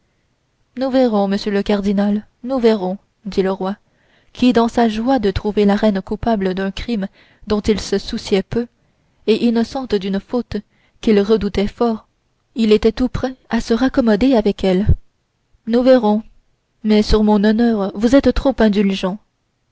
nous verrons monsieur le cardinal nous verrons dit le roi qui dans sa joie de trouver la reine coupable d'un crime dont il se souciait peu et innocente d'une faute qu'il redoutait fort était tout prêt à se raccommoder avec elle nous verrons mais sur mon honneur vous êtes trop indulgent